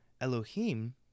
Elohim